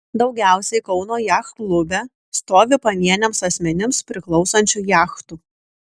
daugiausiai kauno jachtklube stovi pavieniams asmenims priklausančių jachtų